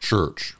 church